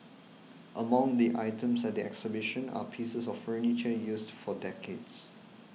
among the items at the exhibition are pieces of furniture used for decades